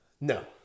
No